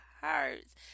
hurts